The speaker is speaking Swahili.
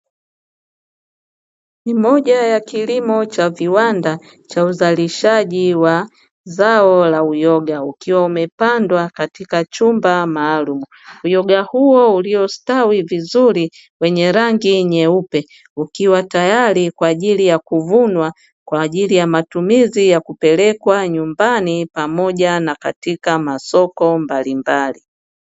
Ni moja ya kilimo cha viwanda cha uzalishaji wa zao la uyoga ukiwa umepandwa katika chumba maalumu. Uyoga huo uliostawi vizuri wenye rangi nyeupe ukiwa tayari kwa ajili ya kuvunwa, kwa ajili matumizi ya kupelekwa nyumbani na katika masoko mbalimbali.